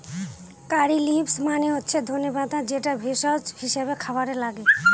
কারী leaves মানে হচ্ছে ধনে পাতা যেটা ভেষজ হিসাবে খাবারে লাগে